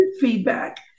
feedback